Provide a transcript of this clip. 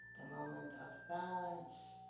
the moment of balance,